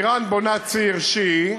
איראן בונה ציר שיעי,